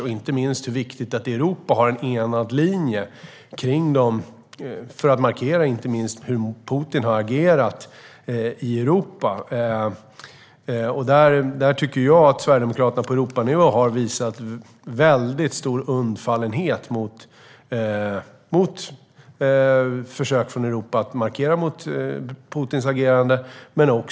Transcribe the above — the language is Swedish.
Det är inte minst viktigt att Europa har en enad linje för att markera hur Putin har agerat i Europa. Där tycker jag att Sverigedemokraterna på Europanivå har visat väldigt stor undfallenhet mot försök från Europa att markera mot Putins agerande.